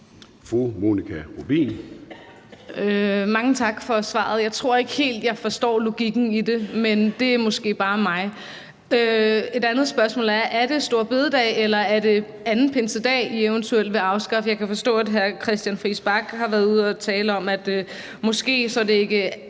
Monika Rubin (M): Mange tak for svaret. Jeg tror ikke helt, jeg forstår logikken i det, men det er måske bare mig. Et andet spørgsmål er, om det er store bededag, eller om det er anden pinsedag, I eventuelt vil afskaffe. Jeg kan forstå, at hr. Christian Friis Bach har været ude og tale om, at det måske ikke er